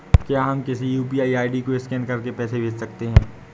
क्या हम किसी यू.पी.आई आई.डी को स्कैन करके पैसे भेज सकते हैं?